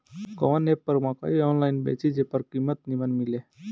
कवन एप पर मकई आनलाइन बेची जे पर कीमत नीमन मिले?